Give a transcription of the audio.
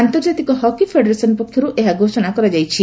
ଆନ୍ତର୍ଜାତିକ hockey federation ପକ୍ଷରୁ ଏହା ଘୋଷଣା କରାଯାଇଛି